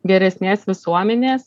geresnės visuomenės